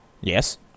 Yes